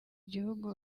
gihugu